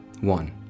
One